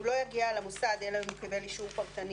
הוא לא יגיע למוסד אלא אם קיבל אישור פרטני